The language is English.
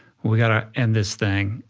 we gotta end this thing.